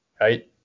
Right